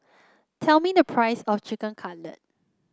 tell me the price of Chicken Cutlet